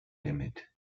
limit